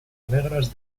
negras